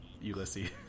Ulysses